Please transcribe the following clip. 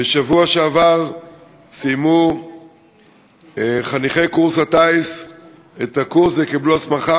בשבוע שעבר סיימו חניכי קורס הטיס את הקורס וקיבלו הסמכה,